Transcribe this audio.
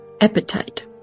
Appetite